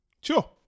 Sure